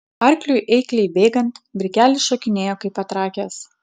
arkliui eikliai bėgant brikelis šokinėjo kaip patrakęs